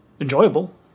enjoyable